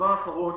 דבר אחרון,